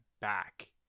back